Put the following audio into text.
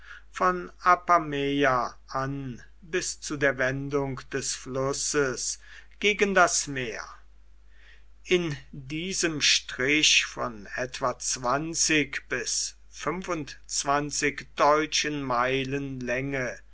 von apameia an bis zu der wendung des flusses gegen das meer in diesem strich von etwa zwanzig bis deutschen meilen länge